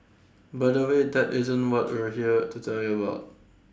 but anyway that isn't what we're here to tell you about